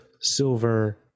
silver